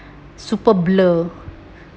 super blur